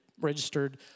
registered